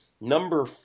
number